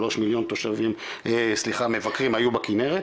שלוש מיליון מבקרים היו בכנרת,